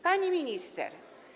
Pani Minister!